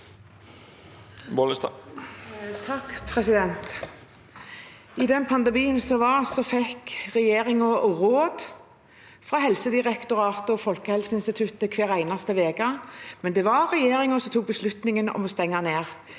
Under pandemien fikk regjeringen råd fra Helsedirektoratet og Folkehelseinstituttet hver eneste uke, men det var regjeringen som tok beslutningen om å stenge ned